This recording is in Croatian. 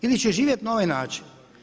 Ili će živjeti na ovaj način.